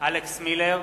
אלכס מילר,